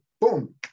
boom